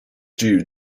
due